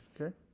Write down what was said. Okay